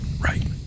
right